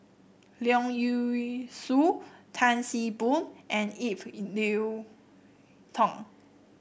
Leong Yee Soo Tan See Boo and Ip Yiu Tung